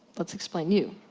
let's explain you.